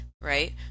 right